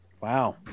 Wow